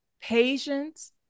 patience